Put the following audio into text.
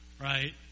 right